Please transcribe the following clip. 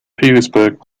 petersburg